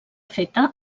feta